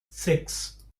six